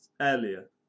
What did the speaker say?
earlier